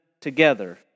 together